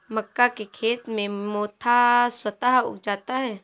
मक्का के खेत में मोथा स्वतः उग जाता है